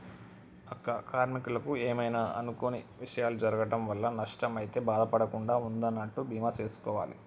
అక్క కార్మీకులకు ఏమైనా అనుకొని విషయాలు జరగటం వల్ల నష్టం అయితే బాధ పడకుండా ఉందనంటా బీమా సేసుకోవాలి